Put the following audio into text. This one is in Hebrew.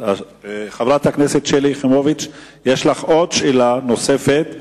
חברת הכנסת שלי יחימוביץ, יש לך שאלה נוספת?